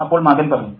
അപ്പോൾ മകൻ പറഞ്ഞു